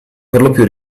perlopiù